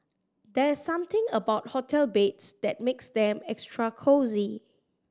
there's something about hotel beds that makes them extra cosy